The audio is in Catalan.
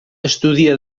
estudia